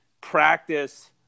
practice